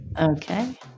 okay